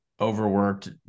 overworked